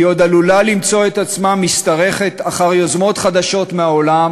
היא עוד עלולה למצוא את עצמה משתרכת אחר יוזמות חדשות מהעולם